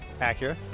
Acura